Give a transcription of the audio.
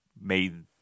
made